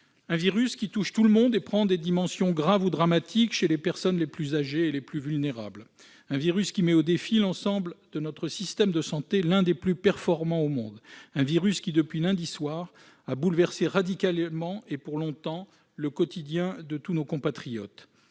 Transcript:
un virus qui touche tout le monde et prend des dimensions graves ou dramatiques chez les personnes les plus âgées et les plus vulnérables, un virus qui met au défi l'ensemble de notre système de santé, l'un des plus performants au monde, un virus qui, depuis lundi soir, a bouleversé radicalement, et pour longtemps, le quotidien de tous nos compatriotes,